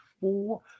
four